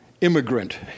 immigrant